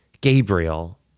Gabriel